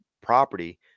property